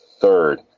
third